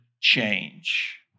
change